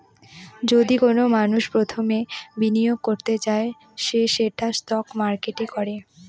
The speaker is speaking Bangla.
যদি কোনো মানষ প্রথম বিনিয়োগ করতে চায় সে সেটা স্টক মার্কেটে করে